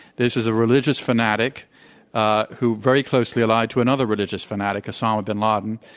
this is a religious fanatic who very closely allied to another religious fanatic, osama bin laden.